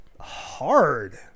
hard